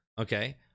okay